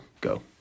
Go